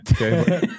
Okay